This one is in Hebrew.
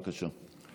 בבקשה.